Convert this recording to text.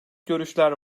görüşler